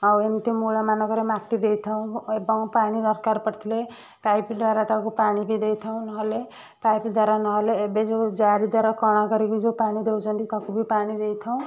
ଆଉ ଏମତି ମୂଳ ମାନଙ୍କରେ ମାଟି ଦେଇଥାଉ ଏବଂ ପାଣି ଦରକାର ପଡ଼ିଥିଲେ ପାଇପି ଦ୍ୱାରା ତାକୁ ପାଣି ବି ଦେଇଥାଉ ନହେଲେ ପାଇପି ଦ୍ୱାରା ନହେଲେ ଏବେଯେଉଁ ଜାରଦ୍ଵାରା କଣା କରିକି ଯେଉଁ ପାଣି ଦଉଛନ୍ତି ତାକୁ ବି ପାଣି ଦେଇଥାଉ